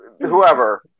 whoever